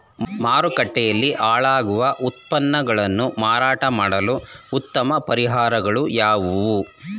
ಮಾರುಕಟ್ಟೆಯಲ್ಲಿ ಹಾಳಾಗುವ ಉತ್ಪನ್ನಗಳನ್ನು ಮಾರಾಟ ಮಾಡಲು ಉತ್ತಮ ಪರಿಹಾರಗಳು ಯಾವುವು?